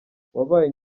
wabaye